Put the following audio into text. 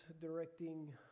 directing